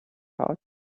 pouch